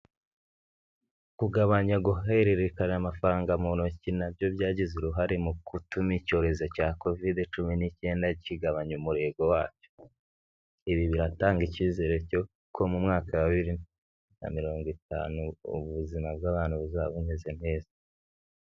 Kugabanya guhererekanya amafaranga mu ntoki na byo byagize uruhare mu gutuma icyorezo cya covid cumi n'icyenda kigabanya umurego wacyo, ibi biratanga icyizere cy'uko mu mwaka wa bibiri na mirongo itanu, ubuzima bw'abantu buzaba bumeze neza.